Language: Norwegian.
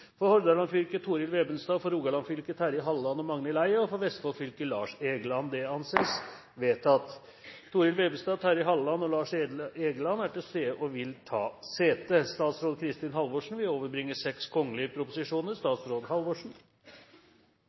HansenFor Hordaland fylke: Torill VebenstadFor Rogaland fylke: Terje Halleland og Magnhild EiaFor Vestfold fylke: Lars Egeland – Det anses vedtatt. Torill Vebenstad, Terje Halleland og Lars Egeland er til stede og vil ta sete. Før sakene på dagens kart tas opp til behandling, vil